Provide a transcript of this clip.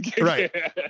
Right